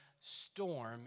storm